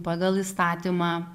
pagal įstatymą